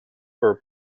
for